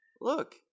Look